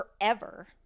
forever